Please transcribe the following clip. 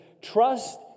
trust